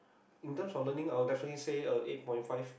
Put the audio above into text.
in terms of learning I will definitely say uh eight point five